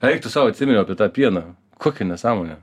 eik tu sau atsiminiau apie tą pieną kokia nesąmonė